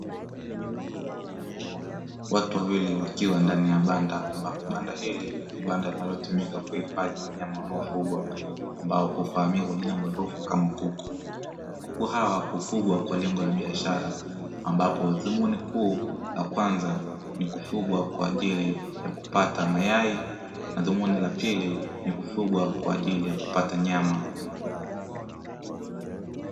Watu wengi wakiwa ndani ya banda ambapo banda hili ni banda linalotumika kuhifadhi wanyama wanaofugwa, ambao hufahamika kwa jina maarufu kama kuku. Kuku hawa hufugwa kwa lengo la biashara, ambapo dhumuni kuu la kwanza ni kufugwa kwa ajili ya kupata mayai, na dhumuni la pili ni kufugwa kwa ajili ya kupata nyama.